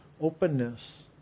openness